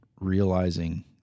realizing